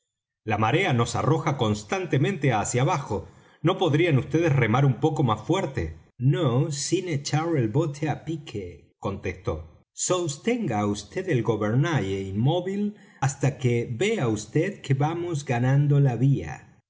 la marea nos arroja constantemente hacia abajo no podrían vds remar un poco más fuerte no sin echar el bote á pique contestó sostenga vd el gobernalle inmóvil hasta que vea vd que vamos ganando la vía